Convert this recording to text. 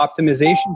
Optimization